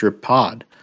Pod